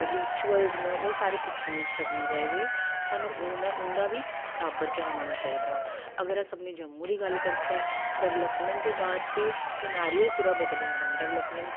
rituals न ओह् सारे पिच्छें निं छड्डने चाहिदे सानूं उं'दा बी बराबर ध्यान होना चाहिदा अगर अस अपने जम्मू दी गल्ल करचै डेवलपमेंट दे बाद ई सिनेरियो ई पूरा बदली जाना डेवलपमेंट